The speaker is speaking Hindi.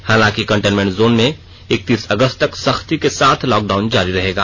हालांकि कंटेनमेंट जोन में इकतीस अगस्त तक सख्ती के साथ लॉकडाउन जारी रहेगा